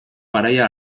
garaia